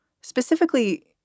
Specifically